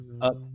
up